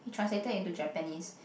he translated into Japanese